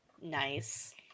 nice